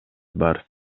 бар